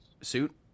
suit